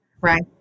right